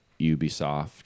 Ubisoft